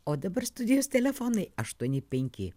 o dabar studijos telefonai aštuoni penki